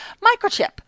microchip